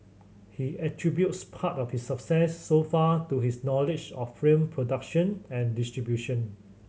he attributes part of its success so far to his knowledge of film production and distribution